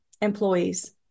employees